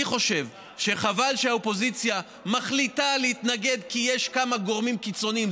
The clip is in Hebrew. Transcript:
אני חושב שחבל שהאופוזיציה מחליטה להתנגד כי יש כמה גורמים קיצוניים,